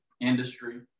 industry